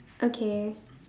okay